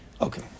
Okay